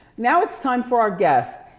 now it's time for our guest,